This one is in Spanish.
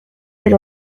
del